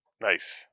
Nice